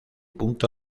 punto